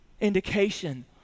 indication